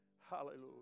Hallelujah